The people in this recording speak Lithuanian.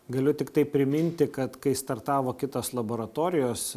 galiu tiktai priminti kad kai startavo kitos laboratorijos